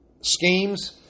schemes